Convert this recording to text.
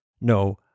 no